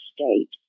state